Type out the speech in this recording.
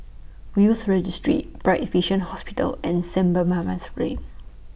Will's Registry Bright Vision Hospital and Saint Barnabas Ray